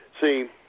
See